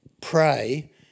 pray